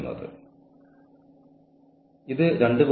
telecommuting ഇവിടെ മറ്റൊരു പ്രശ്നമാണ്